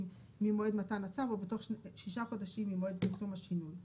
ממועד מתן הצו או בתוך 6 חודשים ממועד פרסום השינוי.